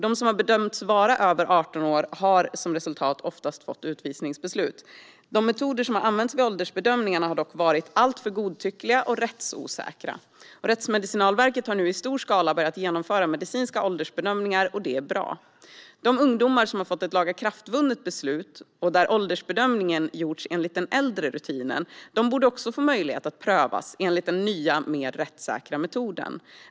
De som har bedömts vara över 18 år har som resultat oftast fått utvisningsbeslut. De metoder som har använts vid åldersbedömningarna har dock varit alltför godtyckliga och rättsosäkra. Rättsmedicinalverket har nu i stor skala börjat genomföra medicinska åldersbedömningar, och det är bra. De ungdomar som fått ett lagakraftvunnet beslut och där åldersbedömningen gjorts enligt den äldre rutinen borde få möjlighet att prövas enligt den nya, mer rättssäkra metoden.